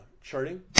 charting